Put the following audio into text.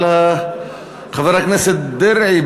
אבל חבר הכנסת דרעי,